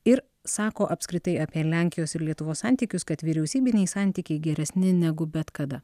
ir sako apskritai apie lenkijos ir lietuvos santykius kad vyriausybiniai santykiai geresni negu bet kada